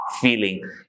feeling